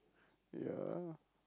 ya